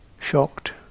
shocked